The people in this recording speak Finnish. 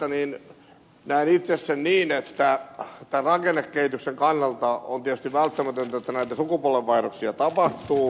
näen itse sen niin että tämän rakennekehityksen kannalta on tietysti välttämätöntä että näitä sukupolvenvaihdoksia tapahtuu